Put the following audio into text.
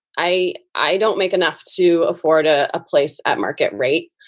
i i don't make enough to afford ah a place at market rate.